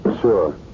Sure